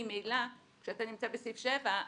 ממילא כשאתה נמצא בסעיף 7,